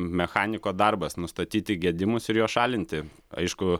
mechaniko darbas nustatyti gedimus ir juos šalinti aišku